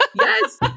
Yes